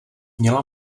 měla